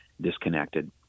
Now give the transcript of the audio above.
disconnected